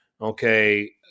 Okay